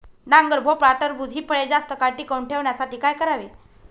डांगर, भोपळा, टरबूज हि फळे जास्त काळ टिकवून ठेवण्यासाठी काय करावे?